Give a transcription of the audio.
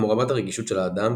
כמו רמת הרגישות של האדם,